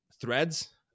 threads